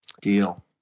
Deal